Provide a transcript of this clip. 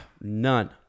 None